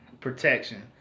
protection